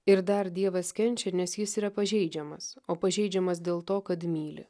ir dar dievas kenčia nes jis yra pažeidžiamas o pažeidžiamas dėl to kad myli